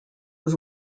was